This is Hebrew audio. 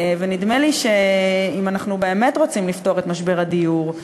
ונדמה לי שאם אנחנו באמת רוצים לפתור את משבר הדיור,